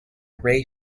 ray